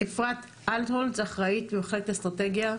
אפרת אלטהולץ, אחראית מחלקת אסטרטגיה.